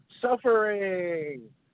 suffering